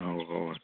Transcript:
اَوا اَوا